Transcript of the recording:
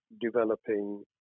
developing